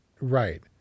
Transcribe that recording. Right